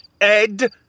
Ed